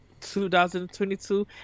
2022